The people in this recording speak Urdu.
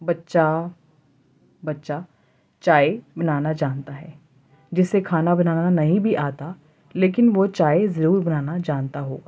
بچہ بچہ چائے بنانا جانتا ہے جسے کھانا بنانا نہیں بھی آتا لیکن وہ چائے ضرور بنانا جانتا ہوگا